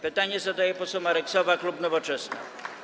Pytanie zadaje poseł Marek Sowa, klub Nowoczesna.